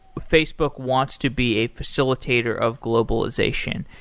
facebook wants to be a facilitator of globalization.